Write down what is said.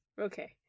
Okay